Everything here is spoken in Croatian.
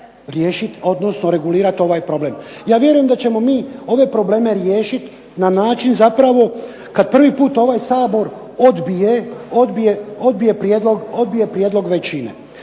odnosno regulirat ovaj problem. Ja vjerujem da ćemo mi ove probleme riješiti na način zapravo kad prvi put ovaj Sabor odbije prijedlog većine.